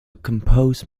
compose